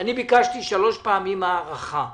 ביקשתי שלוש פעמים הארכה וקיבלתי,